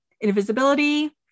Invisibility